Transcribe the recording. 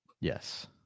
Yes